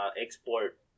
export